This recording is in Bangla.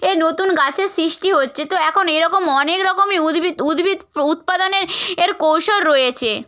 এ নতুন গাছের সৃষ্টি হচ্ছে তো এখন এরকম অনেক রকমই উদ্ভিদ উদ্ভিদ উৎপাদনের এর কৌশল রয়েছে